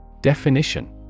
Definition